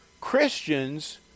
Christians